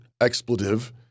expletive